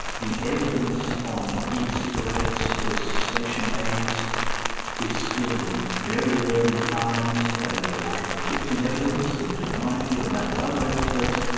the evidence on e-cigarettes as cessation aids is still in its very early times, and there is conflicting evidence, and in my view and that of other experts,